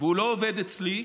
הוא לא עובד אצלי.